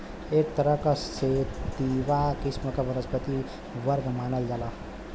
एक तरह क सेतिवा किस्म क वनस्पति वर्ग मानल जाला